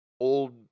old